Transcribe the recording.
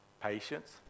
Patience